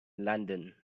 london